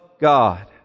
God